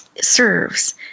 serves